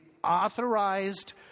authorized